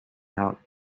out